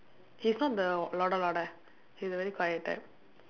he's not the he's the very quiet type